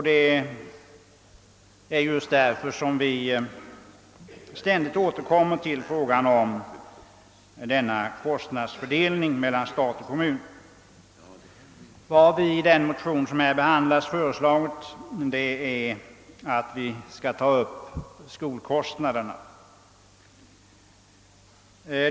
Det är just därför som vi ständigt återkommer till frågan om denna kostnadsfördelning mellan stat och kommun. Vi har i den motion som här behandlas föreslagit att staten skall överta skolkostnaderna.